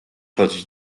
chodzić